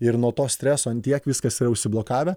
ir nuo to streso ant tiek viskas yra užsiblokavę